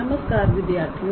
नमस्कार विद्यार्थियों